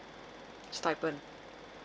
stipend